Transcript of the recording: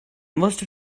most